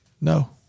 No